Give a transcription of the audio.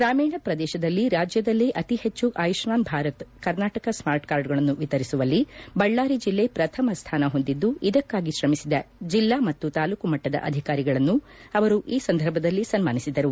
ಗ್ರಾಮೀಣ ಪ್ರದೇಶದಲ್ಲಿ ರಾಜ್ಯದಲ್ಲೇ ಅತೀ ಹೆಚ್ಚು ಆಯುಷ್ಠಾನ್ ಭಾರತ ಕರ್ನಾಟಕ ಸ್ಮಾರ್ಟ್ ಕಾರ್ಡುಗಳನ್ನು ವಿತರಿಸುವಲ್ಲಿ ಬಳ್ಳಾರಿ ಜಿಲ್ಲೆ ಪ್ರಥಮ ಸ್ಥಾನ ಹೊಂದಿದ್ದು ಇದಕ್ಕಾಗಿ ಶ್ರಮಿಸಿದ ಜಿಲ್ಲಾ ಮತ್ತು ತಾಲೂಕು ಮಟ್ಟದ ಅಧಿಕಾರಿಗಳನ್ನು ಅವರು ಈ ಸಂದರ್ಭದಲ್ಲಿ ಸನ್ಮಾನಿಸಿದರು